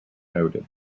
noted